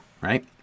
right